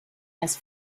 las